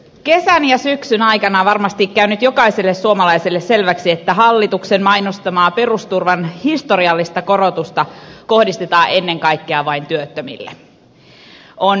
kesän ja syksyn aikana varmasti on käynyt jokaiselle suomalaiselle selväksi että hallituksen mainostamaa perusturvan historiallista korotusta kohdistetaan ennen kaikkea vain työttömille